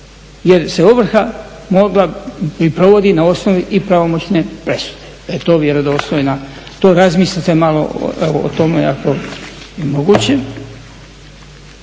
jer se ovrha mogla i provodi na osnovi i pravomoćne presudu, to razmislite malo o tome, ako je moguće.